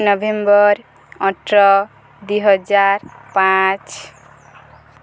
November ଅଠର ଦୁଇହଜାର ପାଞ୍ଚ